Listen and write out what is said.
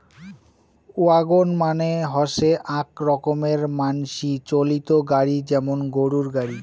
wagon মানে হসে আক রকমের মানসি চালিত গাড়ি যেমন গরুর গাড়ি